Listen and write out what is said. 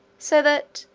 so that,